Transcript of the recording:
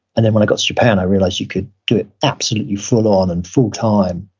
and then when i got to japan i realized you could do it absolutely full-on and full-time,